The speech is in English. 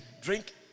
Drink